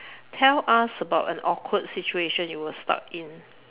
tell us about an awkward situation you were stuck in